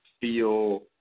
feel